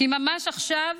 כי ממש עכשיו,